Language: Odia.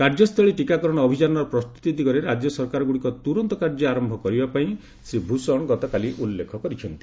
କାର୍ଯ୍ୟସ୍ଥଳୀ ଟିକାକରଣ ଅଭିଯାନର ପ୍ରସ୍ତୁତି ଦିଗରେ ରାଜ୍ୟ ସରକାରଗୁଡ଼ିକ ତୁରନ୍ତ କାର୍ଯ୍ୟ ଆରମ୍ଭ କରିବାପାଇଁ ଶ୍ରୀ ଭୂଷଣ ଗତକାଲି ଉଲ୍ଲେଖ କରିଛନ୍ତି